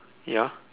ya